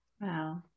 Wow